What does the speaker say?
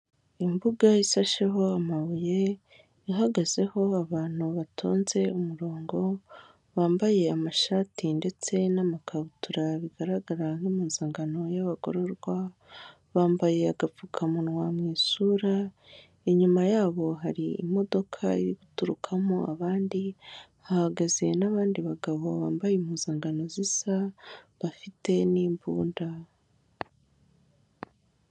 Imbuga isasheho amabuye ihagazeho abantu batonze umurongo, bambaye amashati ndetse n'amakabutura bigaragara nk'impuzankano y'abagororwa, bambaye agapfukamunwa mu isura, inyuma yabo hari imodoka iri guturukamo abandi hahagaze n'abandi bagabo bambaye impuzangano zisa bafite n'imbunda.